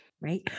Right